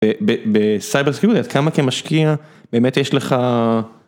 בסייברסקיורטי, כמה כמשקיע, באמת יש לך.